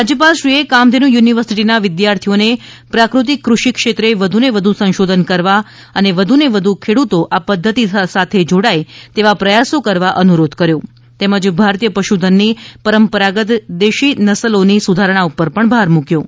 રાજ્યપાલશ્રીએ કામધેનુ યુનિવર્સિટીના વિદ્યાર્થીઓને પ્રાકૃતિક કૃષિ ક્ષેત્રે વધુને વધુ સંશોધન કરવા અને વધુને વધુ ખેડૂતો આ પદ્ધતિ સાથે જોડાય તેવા પ્રથાસો કરવા અનુરોધ કર્યો હતો તેમજ ભારતીય પશુધનની પરંપરાગત દેશી નસલોની સુધારણા પર ભાર મૂક્યો હતો